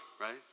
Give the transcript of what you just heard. right